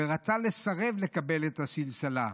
ורצה לסרב לקבל את הסלסלה,